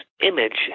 image